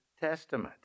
Testament